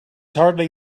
hardly